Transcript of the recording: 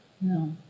No